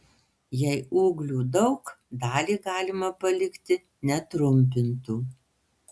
jei ūglių daug dalį galima palikti netrumpintų